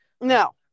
No